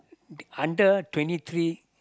under twenty three